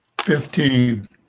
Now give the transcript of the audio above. Fifteen